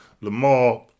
Lamar